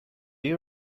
you